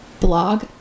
blog